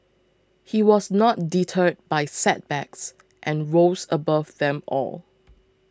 he was not deterred by setbacks and rose above them all